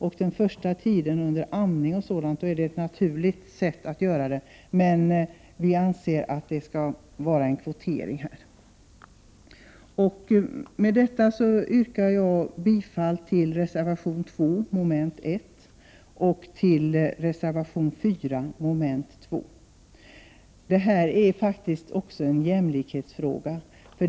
Under den första tiden med amning och sådant blir det naturligtvis så. Men vi anser att det skall vara en kvotering här. Med detta yrkar jag bifall till reservation 2, som gäller mom. 1, och till reservation 4, som gäller mom. 2. Detta är också en jämlikhetsfråga.